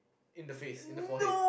in the face in the forehead